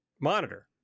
monitor